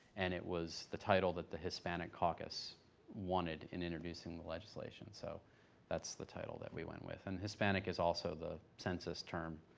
and it was the title that the hispanic caucus wanted in introducing the legislation, so that's the title that we went with. and hispanic is also the census term,